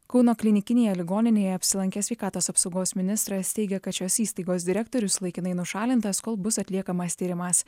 kauno klinikinėje ligoninėje apsilankęs sveikatos apsaugos ministras teigia kad šios įstaigos direktorius laikinai nušalintas kol bus atliekamas tyrimas